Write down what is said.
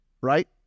Right